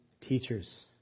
teachers